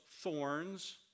thorns